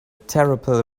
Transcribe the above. terrible